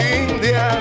india